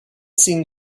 seen